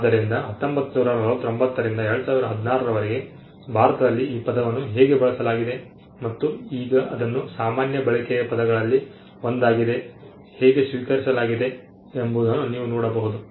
ಆದ್ದರಿಂದ 1949 ರಿಂದ 2016 ರವರೆಗೆ ಭಾರತದಲ್ಲಿ ಈ ಪದವನ್ನು ಹೇಗೆ ಬಳಸಲಾಗಿದೆ ಮತ್ತು ಈಗ ಅದನ್ನು ಸಾಮಾನ್ಯ ಬಳಕೆಯ ಪದಗಳಲ್ಲಿ ಒಂದಾಗಿ ಹೇಗೆ ಸ್ವೀಕರಿಸಲಾಗಿದೆ ಎಂಬುದನ್ನು ನೀವು ನೋಡಬಹುದು